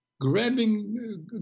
grabbing